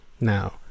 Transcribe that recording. Now